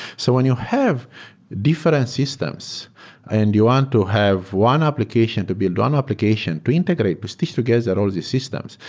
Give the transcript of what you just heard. so when you have different systems and you want to have one application, to build one application, to integrate, to stitch together all these systems,